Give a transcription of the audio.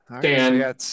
Dan